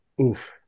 Oof